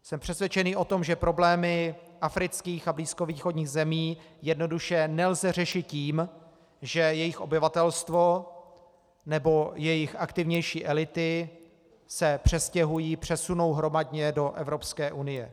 Jsem přesvědčen o tom, že problémy afrických a blízkovýchodních zemí jednoduše nelze řešit tím, že jejich obyvatelstvo nebo jejich aktivnější elity se přestěhují, přesunou hromadně do Evropské unie.